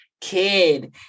kid